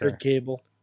cable